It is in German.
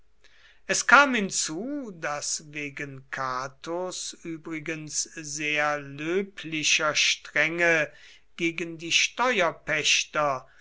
es kam hinzu daß wegen catos übrigens sehr löblicher strenge gegen die